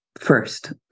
First